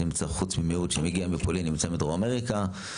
מוצר חוץ ממיעוט שמגיע מפולין נמצא מדרום אמריקה.